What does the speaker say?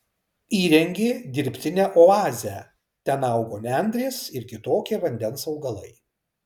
įrengė dirbtinę oazę ten augo nendrės ir kitokie vandens augalai